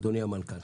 אדוני המנכ"ל,